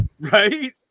Right